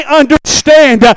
understand